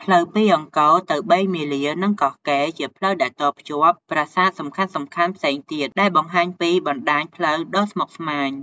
ផ្លូវពីអង្គរទៅបេងមាលា និងកោះកេរ្ដិ៍ ជាផ្លូវដែលតភ្ជាប់ប្រាសាទសំខាន់ៗផ្សេងទៀត ដែលបង្ហាញពីបណ្ដាញផ្លូវដ៏ស្មុគស្មាញ។